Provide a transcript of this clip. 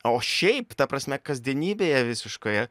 o šiaip ta prasme kasdienybėje visiškoje